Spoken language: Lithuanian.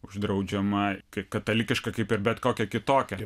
uždraudžiama kaip katalikiška kaip ir bet kokia kitokia